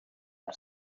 per